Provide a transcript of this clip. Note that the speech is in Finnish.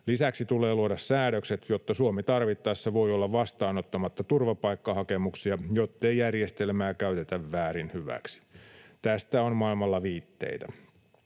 Lisäksi tulee luoda säädökset, jotta Suomi tarvittaessa voi olla vastaanottamatta turvapaikkahakemuksia, jottei järjestelmää käytetä väärin hyväksi. Tästä on maailmalla viitteitä.